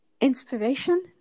Inspiration